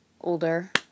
Older